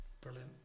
brilliant